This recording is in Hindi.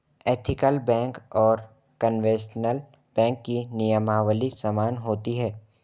एथिकलबैंक और कन्वेंशनल बैंक की नियमावली समान होती है